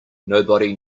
nobody